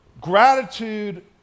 gratitude